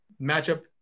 matchup